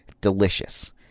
delicious